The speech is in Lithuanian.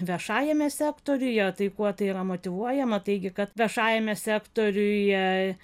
viešajame sektoriuje tai kuo tai yra motyvuojama taigi kad viešajame sektoriuje